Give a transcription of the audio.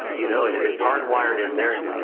you know it's hardwired in there,